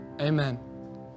Amen